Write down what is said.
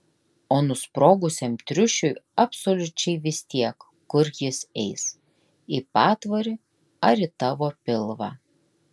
o nusprogusiam triušiui absoliučiai vis tiek kur jis eis į patvorį ar į tavo pilvą